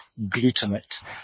glutamate